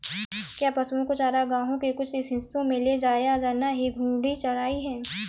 क्या पशुओं को चारागाह के कुछ हिस्सों में ले जाया जाना ही घूर्णी चराई है?